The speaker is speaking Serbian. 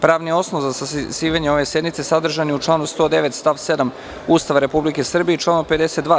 Pravni osnov za sazivanje ove sednice sadržan je u članu 109. stav 7. Ustava Republike Srbije i članu 52.